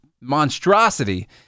monstrosity